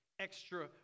extra